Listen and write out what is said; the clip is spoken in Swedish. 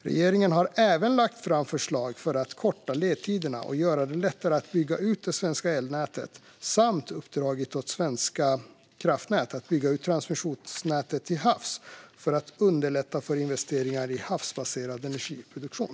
Regeringen har även lagt fram förslag för att korta ledtiderna och göra det lättare att bygga ut det svenska elnätet samt uppdragit åt Svenska kraftnät att bygga ut transmissionsnätet till havs för att underlätta för investeringar i havsbaserad energiproduktion.